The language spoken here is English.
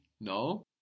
no